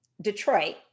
Detroit